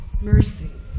mercy